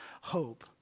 hope